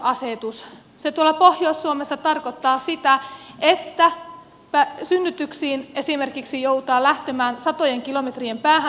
se tuolla pohjois suomessa tarkoittaa sitä että esimerkiksi synnytyksiin joudutaan lähtemään satojen kilometrien päähän